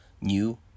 new